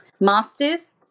master's